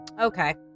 Okay